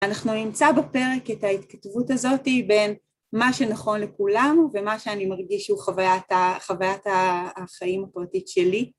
אנחנו נמצא בפרק את ההתכתבות הזאתי בין מה שנכון לכולנו ומה שאני מרגיש שהוא חוויית החיים הפרטית שלי.